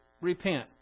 repent